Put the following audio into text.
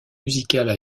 musicales